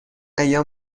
ایام